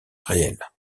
réelle